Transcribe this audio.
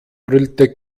brüllte